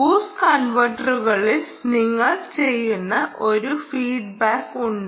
boost കൺവെർട്ടറുകളിൽ നിങ്ങൾ ചെയ്യുന്ന ഒരു ഫീഡ്ബാക്ക് ഉണ്ട്